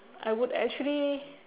I would actually